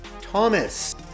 Thomas